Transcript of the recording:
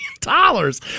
dollars